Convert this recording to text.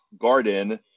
Garden